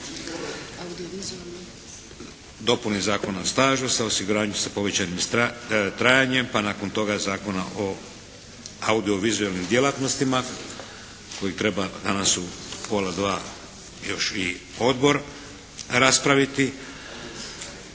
dopuni Zakona o stažu sa osiguranjem sa povećanim trajanjem pa nakon toga Zakona o audiovizulanim djelatnostima koji treba danas u pola dva još i odbor raspraviti